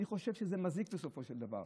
אני חושב שזה מזיק, בסופו של דבר.